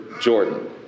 Jordan